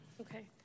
Okay